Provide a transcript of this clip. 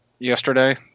Yesterday